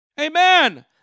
Amen